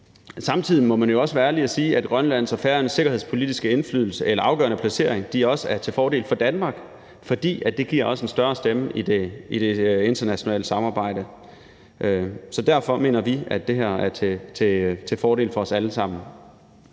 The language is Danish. Samtidig må man jo også være ærlig at sige, at Grønlands og Færøernes sikkerhedspolitiske indflydelse eller afgørende placering også er til fordel for Danmark, fordi det giver os en større stemme i det internationale samarbejde. Så derfor mener vi, at det her er til fordel for os alle sammen.